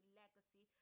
legacy